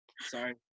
Sorry